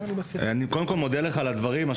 אני קודם כל מודה לך על הדברים.